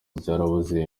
byarabuze